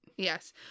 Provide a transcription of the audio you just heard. Yes